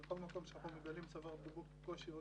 בכל מקום שאנחנו מגלים צוואר בקבוק כלשהו,